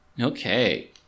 Okay